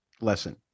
lesson